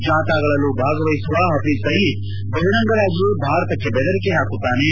ಜಾಥಾಗಳಲ್ಲೂ ಭಾಗವಹಿಸುವ ಹಫೀಸ್ ಸಯೀದ್ ಬಹಿರಂಗವಾಗಿಯೇ ಭಾರತಕ್ಕೆ ಬೆದರಿಕೆ ಹಾಕುತ್ತಾನೆ